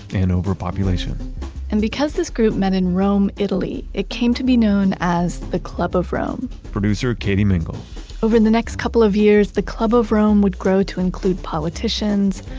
and overpopulation and because this group met in rome, italy, it came to be known as the club of rome producer katie mingle over the next couple of years, the club of rome would grow to include politicians,